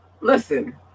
Listen